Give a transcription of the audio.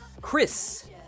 Chris